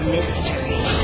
Mystery